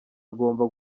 agomba